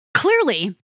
Clearly